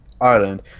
Ireland